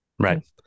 Right